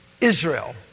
Israel